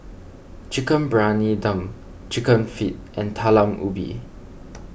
Chicken Briyani Dum Chicken Feet and Talam Ubi